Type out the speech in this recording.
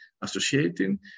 Associating